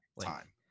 Time